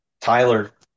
Tyler